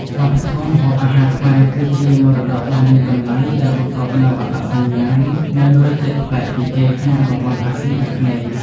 វប្បធម៌ម្ហូបអាហារខ្មែរគឺជាមរតកដ៏មានតម្លៃដែលបង្កប់នូវអត្តសញ្ញាណនិងរសជាតិប្លែកពីគេក្នុងតំបន់អាស៊ីអាគ្នេយ៍។